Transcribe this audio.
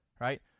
right